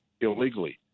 illegally